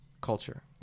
Culture